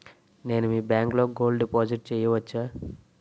నేను మీ బ్యాంకులో గోల్డ్ డిపాజిట్ చేయవచ్చా?